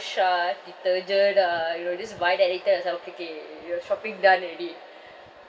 ah detergent ah you know just buy that then you tell yourself okay K your shopping done already